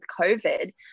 COVID